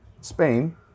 Spain